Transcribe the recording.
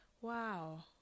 Wow